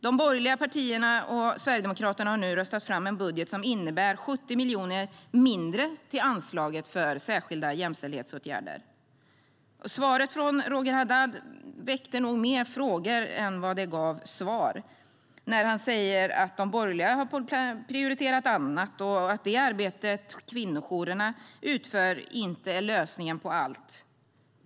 De borgerliga partierna och Sverigedemokraterna har nu röstat fram en budget som innebär 70 miljoner kronor mindre till anslaget för särskilda jämställdhetsåtgärder. Svaret från Roger Haddad väckte nog fler frågor än det gav svar när han säger att de borgerliga har prioriterat annat och att det arbete kvinnojourerna utför inte är lösningen på allt.